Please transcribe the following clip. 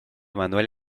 manuel